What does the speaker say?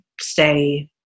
stay